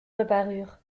reparurent